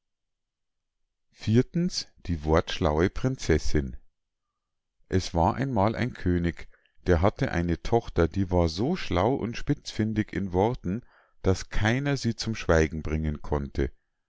die wortschlaue prinzessinn es war einmal ein könig der hatte eine tochter die war so schlau und spitzfindig in worten daß keiner sie zum schweigen bringen konnte